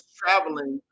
traveling